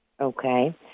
Okay